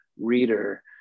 reader